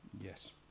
Yes